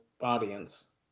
audience